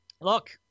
Look